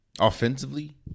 Offensively